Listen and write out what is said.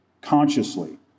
consciously